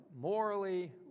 morally